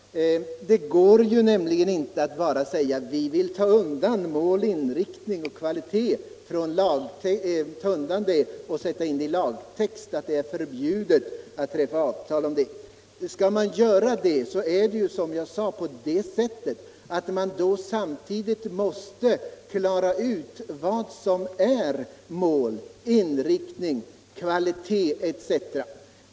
Det går inte att bara säga att vi vill ta undan mål, inriktning och kvalitet och sätta in i lagtext att det är förbjudet att träffa avtal om detta. Skulle man göra det så måste man, som jag sade, samtidigt klara ut vad som är mål, inriktning, kvalitet etc.